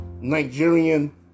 Nigerian